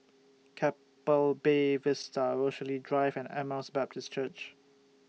Keppel Bay Vista Rochalie Drive and Emmaus Baptist Church